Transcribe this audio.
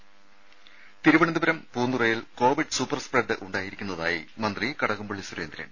ത തിരുവനന്തപുരം പൂന്തുറയിൽ Covid super spread ഉണ്ടായിരിക്കുന്നതായി മന്ത്രി കടകംപള്ളി സുരേന്ദ്രൻ